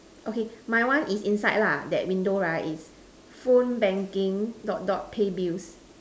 okay my one is inside lah that window right is phone banking dot dot pay bills